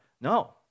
No